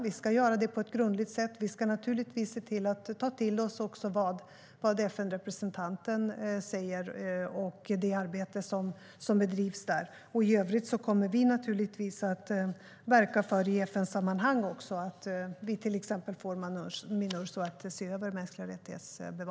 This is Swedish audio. Vi ska göra det på ett grundligt sätt och naturligtvis ta till oss vad FN:s representant säger och det arbete som bedrivs där. I FN-sammanhang kommer vi till exempel att verka för att Minurso ska se över bevakningen av mänskliga rättigheter.